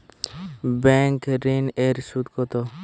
Bank ঋন এর সুদ কত?